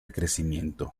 crecimiento